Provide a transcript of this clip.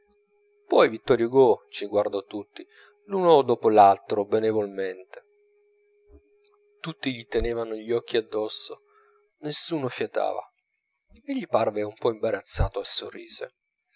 poi vittor hugo ci guardò tutti l'un dopo l'altro benevolmente tutti gli tenevan gli occhi addosso nessuno fiatava egli parve un po imbarazzato e sorrise